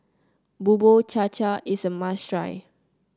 Bubur Cha Cha is a must try